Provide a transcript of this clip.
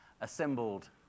assembled